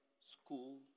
school